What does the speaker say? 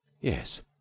Yes